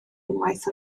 unwaith